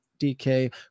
dk